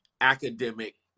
academic